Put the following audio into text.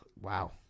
Wow